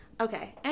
Okay